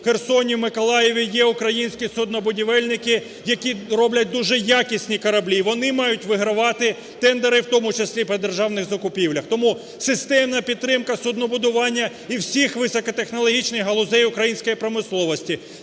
Херсоні, Миколаєві є українські суднобудівельники, які роблять дуже якісні кораблі, вони мають вигравати тендери, в тому числі, при державних закупівлях. Тому системна підтримка суднобудування і всіх високотехнологічних галузей української промисловості!